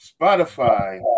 Spotify